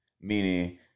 Meaning